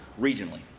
regionally